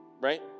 Right